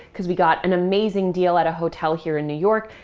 because we got an amazing deal at a hotel here in new york.